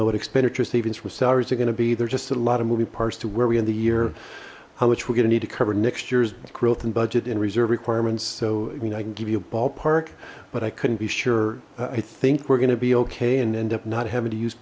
know what expenditure savings from salaries are going to be there's just a lot of moving parts to where we in the year how much we're going to need to cover next year's growth and budget and reserve requirements so i mean i can give you a ballpark but i couldn't be sure i think we're gonna be okay and end up not having to use